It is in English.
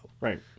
right